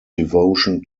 devotion